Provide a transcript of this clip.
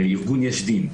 ארגון יש דין,